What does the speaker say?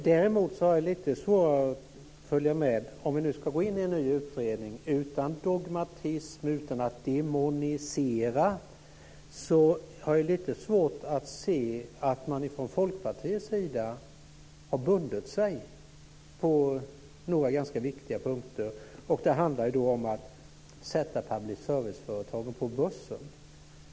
Däremot har jag, om vi nu ska gå in i en ny utredning utan dogmatism och utan att demonisera, lite svårare att följa med när man från Folkpartiets sida har bundit sig på några ganska viktiga punkter. Det handlar då om att sätta public service-företagen på börsen.